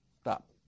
stop